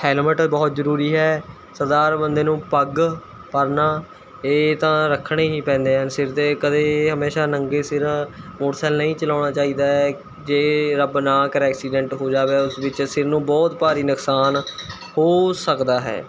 helmet ਬਹੁਤ ਜਰੂਰੀ ਹੈ ਸਰਦਾਰ ਬੰਦੇ ਨੂੰ ਪੱਗ ਪਰਨਾ ਇਹ ਤਾਂ ਰੱਖਣੇ ਹੀ ਪੈਂਦੇ ਹਨ ਸਿਰ 'ਤੇ ਕਦੇ ਹਮੇਸ਼ਾ ਨੰਗੇ ਸਿਰ ਮੋਟਰਸਾਈਕਲ ਨਹੀਂ ਚਲਾਉਣਾ ਚਾਹੀਦਾ ਹੈ ਜੇ ਰੱਬ ਨਾ ਕਰੇ ਐਕਸੀਡੈਂਟ ਹੋ ਜਾਵੇ ਉਸ ਵਿੱਚ ਸਿਰ ਨੂੰ ਬਹੁਤ ਭਾਰੀ ਨੁਕਸਾਨ ਹੋ ਸਕਦਾ ਹੈ